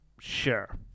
sure